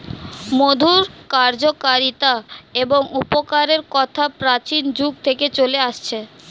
মধুর কার্যকারিতা এবং উপকারের কথা প্রাচীন যুগ থেকে চলে আসছে